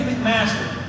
McMaster